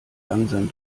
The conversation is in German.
langsam